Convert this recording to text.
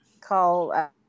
call